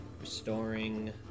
Restoring